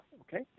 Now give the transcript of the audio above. okay